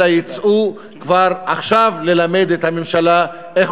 אלא יצאו כבר עכשיו ללמד את הממשלה איך